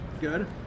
Good